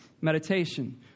meditation